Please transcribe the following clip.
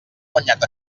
guanyat